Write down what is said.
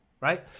right